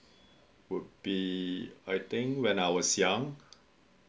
would be I think when I was young